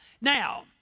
Now